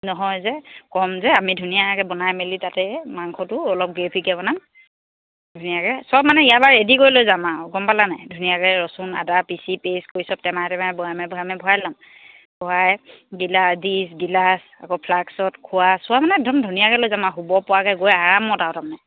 নহয় যে কম যে আমি ধুনীয়াকৈ বনাই মেলি তাতে মাংসটো অলপ গ্ৰেভিকৈ বনাম ধুনীয়াকৈ সব মানে ইয়াৰ পৰা ৰেডি কৰি লৈ যাম আৰু গম পালানে ধুনীয়াকৈ ৰচুন আদা পিচি পেষ্ট কৰি সব টেমাই টেমাই বৈয়ামে বৈয়ামে ভৰাই ল'ম ভৰাই গিলাছ ডিছ গিলাছ আকৌ ফ্লাক্সত খোৱা সব মানে একদম ধুনীয়াকৈ লৈ যাম আৰু শুব পৰাকৈ গৈ আৰামত আৰু তাৰমানে